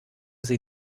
sie